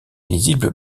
lisible